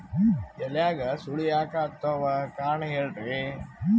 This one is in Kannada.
ಎಲ್ಯಾಗ ಸುಳಿ ಯಾಕಾತ್ತಾವ ಕಾರಣ ಹೇಳ್ರಿ?